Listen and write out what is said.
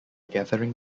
gathering